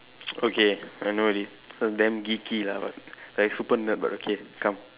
okay I know already but damn geeky lah like super nerd but okay come